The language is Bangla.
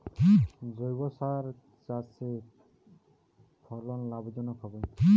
জৈবসারে চাষ করলে ফলন লাভজনক হবে?